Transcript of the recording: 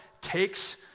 takes